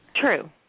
True